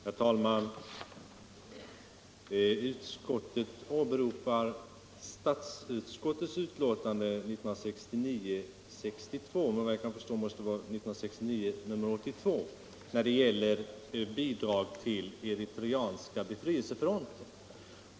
Herr talman! Utskottet åberopar statsutskottets utlåtande 1969:62. Efter vad jag kan förstå måste det gälla 1969:82 i fråga om bistånd till Eritreas befrielsefront.